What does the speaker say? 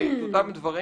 את אותם דברים,